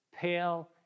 pale